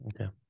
Okay